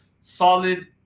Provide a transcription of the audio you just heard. solid